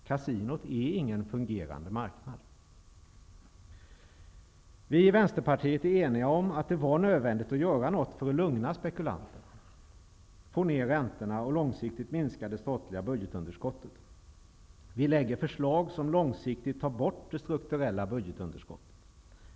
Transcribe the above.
Kasinot är ingen fungerande marknad. Vi i Vänsterpartiet är eniga om att det var nödvändigt att göra något för att lugna spekulanterna, att få ner räntorna och långsiktigt minska det statliga budgetunderskottet. Vi lägger fram förslag som långsiktigt tar bort det strukturella budgetunderskottet.